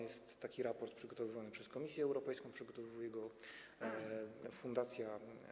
Jest taki raport przygotowywany dla Komisji Europejskiej, przygotowuje go fundacja.